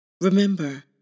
Remember